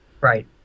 Right